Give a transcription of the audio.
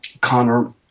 Connor